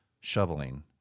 shoveling